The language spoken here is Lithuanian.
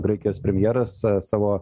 graikijos premjeras savo